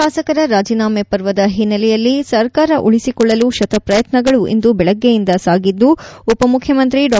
ಶಾಸಕರ ರಾಜೀನಾಮೆ ಪರ್ವದ ಹಿನ್ನೆಲೆಯಲ್ಲಿ ಸರ್ಕಾರ ಉಳಿಸಿಕೊಳ್ಳಲು ಶತ ಪ್ರಯತ್ನಗಳು ಇಂದು ಬೆಳಗ್ಗೆಯಿಂದ ಸಾಗಿದ್ದು ಉಪ ಮುಖ್ಯಮಂತ್ರಿ ಡಾ